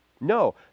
No